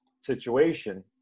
situation